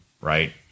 right